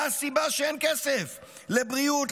מה הסיבה שאין כסף לבריאות,